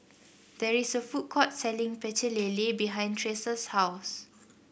there is a food court selling Pecel Lele behind Tressa's house